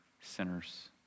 sinners